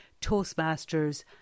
Toastmasters